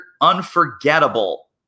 unforgettable